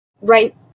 right